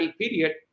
period